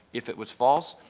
if it was false,